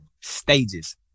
stages